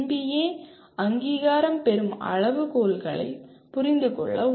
ஏ அங்கீகாரம் பெறும் அளவுகோல்களைப் புரிந்துகொள்ள உதவும்